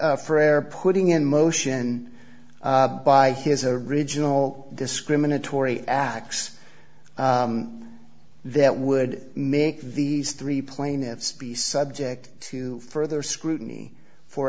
prayer putting in motion by his original discriminatory acts that would make these three plaintiffs be subject to further scrutiny for